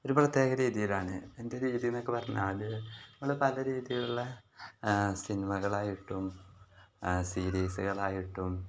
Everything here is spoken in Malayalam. ഒരു പ്രത്യേക രീതിയിലാണ് എൻ്റെ രീതി എന്നൊക്കെ പറഞ്ഞാൽ നമ്മൾ പല രീതിയിലുള്ള സിനിമകളായിട്ടും സീരീസുകളായിട്ടും